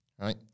right